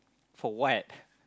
for what